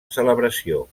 celebració